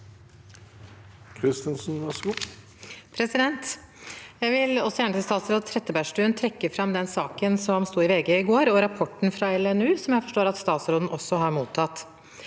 Jeg vil også gjerne for statsråd Trettebergstuen trekke fram den saken som sto i VG i går, og rapporten fra LNU, som jeg forstår at statsråden også har mottatt.